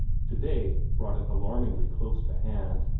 today brought it alarmingly close to hand.